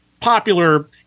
popular